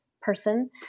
person